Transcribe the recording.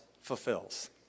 fulfills